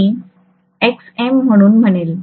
मी Xm म्हणून म्हणेन